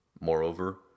Moreover